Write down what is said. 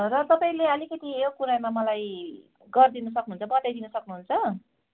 र तपाईँले अलिकति यो कुरामा मलाई गरिदिन सक्नुहुन्छ बताइदिन सक्नुहुन्छ